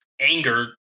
anger